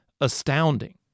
astounding